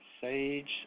Sage